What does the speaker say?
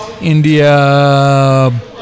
India